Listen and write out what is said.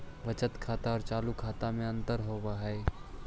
बचत खाता और चालु खाता में का अंतर होव हइ?